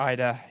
Ida